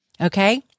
Okay